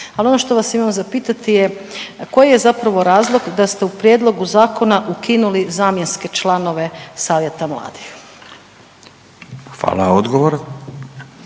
Ali ono što vas imam za pitati je, koji je zapravo razlog da ste u prijedlogu zakona ukinuli zamjenske članove savjeta mladih? **Radin,